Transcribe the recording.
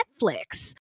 Netflix